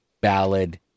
ballad